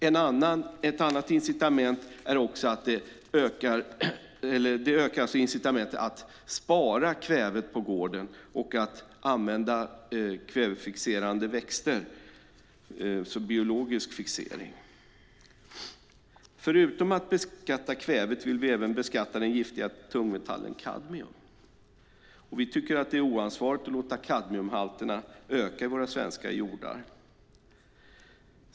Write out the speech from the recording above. Det ökar också incitamentet för att spara kvävet på gården och att använda kvävefixerande växter, så kallad biologisk fixering. Förutom kvävet vill vi även beskatta den giftiga tungmetallen kadmium. Vi tycker att det är oansvarigt att låta kadmiumhalterna öka i våra svenska jordar.